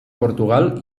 portugal